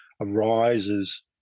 arises